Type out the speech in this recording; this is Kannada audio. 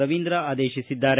ರವೀಂದ್ರ ಆದೇಶಿಸಿದ್ದಾರೆ